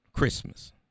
Christmas